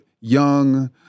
young